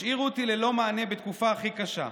השאירו אותי ללא מענה בתקופה הכי קשה.